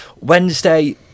Wednesday